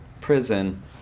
prison